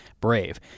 BRAVE